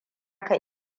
ka